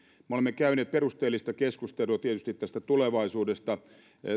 me olemme käyneet perusteellista keskustelua tietysti tulevaisuudesta